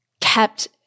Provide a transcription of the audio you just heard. kept